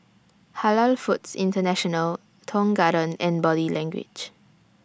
Halal Foods International Tong Garden and Body Language